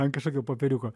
an kažokio popieriuko